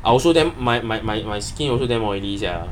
I also damn my my my my skin also damn oily sia